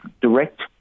direct